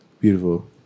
Beautiful